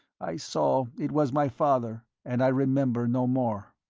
i saw it was my father, and i remember no more.